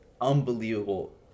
unbelievable